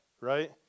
right